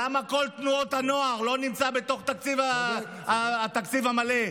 למה כל תנועות הנוער לא נמצאות בתוך התקציב המלא,